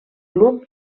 club